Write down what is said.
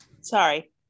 Sorry